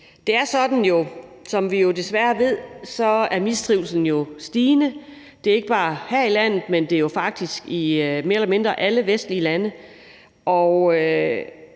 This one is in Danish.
desværre ved, at mistrivslen er stigende. Det er ikke bare her i landet, men faktisk mere eller mindre